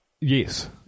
yes